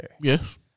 Yes